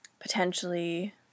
potentially